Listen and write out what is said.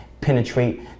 penetrate